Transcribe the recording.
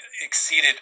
exceeded